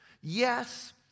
Yes